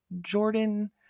Jordan